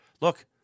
look